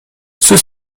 ceux